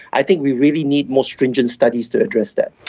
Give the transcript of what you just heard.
i think we really need more stringent studies to address that.